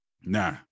Nah